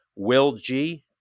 WILLG